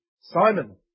Simon